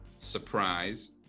surprise